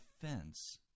fence